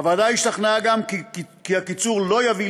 הוועדה השתכנעה גם כי הקיצור לא יביא